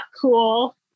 cool